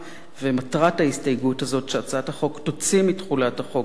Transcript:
ומטרת ההסתייגות הזאת היא שהצעת החוק תוציא מתחולת החוק למניעת